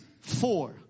Four